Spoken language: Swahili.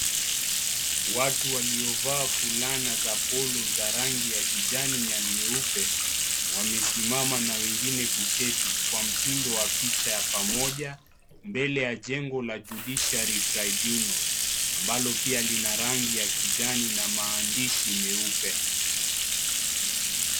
Watu waliovaa fulana za polo za rangi ya kijani na nyeupe, wamesimama na wengine kuketi, kwa mtindo wa picha ya pamoja mbele ya jengo la Judiciary Tribunals . Ambalo pia lina rangi ya kijani na maandishi meupe.